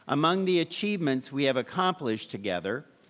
among the achievements we have accomplished together,